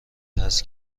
هست